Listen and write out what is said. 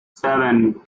seven